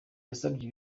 yasabye